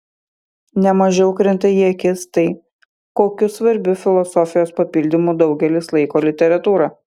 ne mažiau krinta į akis tai kokiu svarbiu filosofijos papildymu daugelis laiko literatūrą